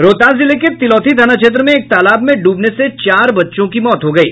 रोहतास जिले के तिलौथी थाना क्षेत्र में एक तालाब में डूबने से चार बच्चों की मौत हो गयी